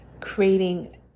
creating